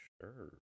sure